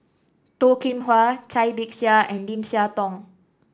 Toh Kim Hwa Cai Bixia and Lim Siah Tong